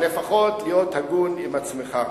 אבל לפחות להיות הגון עם עצמך.